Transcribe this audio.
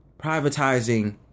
privatizing